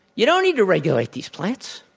you don't need to regulate these plants.